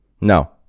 No